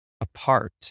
apart